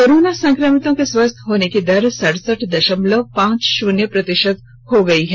corona संक्रमितों के स्वस्थ होने की दर सड़सठ दशमलव पांच शून्य प्रतिशत हो गयी है